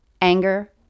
anger